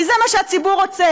כי זה מה שהציבור רוצה,